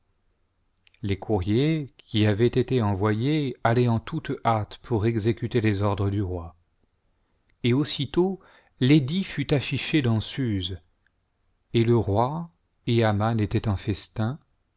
les courriers qui avaient été envoyés allaient en toute hâte pour exécuter les ordres du roi et aussitôt l'cdit fut affiché dans suse et le roi et aman étaient en festin